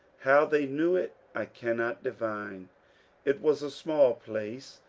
how they knew it i cannot divine it was a small place,